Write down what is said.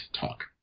talk